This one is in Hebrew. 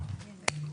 בוודאי.